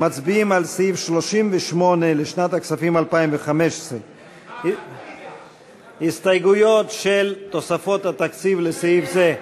מצביעים על סעיף 38 לשנת הכספים 2015. הסתייגויות של תוספות התקציב לסעיף זה,